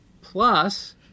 Plus